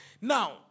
Now